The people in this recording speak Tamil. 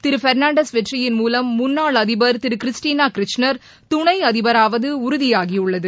திரு பெர்னான்டஸ் வெற்றியின் மூலம் முன்னாள் அதிபர் திரு கிறிஸ்டினா க்ரிச்னர் துணை அதிபராவது உறுதியாகியுள்ளது